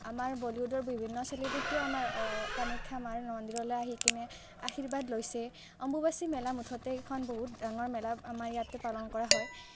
আমাৰ বলিউডৰ বিভিন্ন চেলিব্ৰিটিও আমাৰ কামাখ্যা মাৰ মন্দিৰলৈ আহি কিনে আশীৰ্বাদ লৈছে অম্বুবাচী মেলা মুঠতে এখন বহুত ডাঙৰ মেলা আমাৰ ইয়াতে পালন কৰা হয়